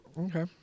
Okay